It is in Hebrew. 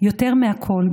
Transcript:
יותר מהכול.